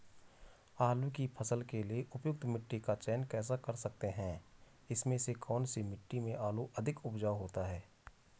आलू की फसल के लिए उपयुक्त मिट्टी का चयन कैसे कर सकते हैं इसमें से कौन सी मिट्टी में आलू अधिक उपजाऊ होता है?